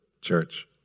church